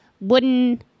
wooden